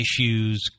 issues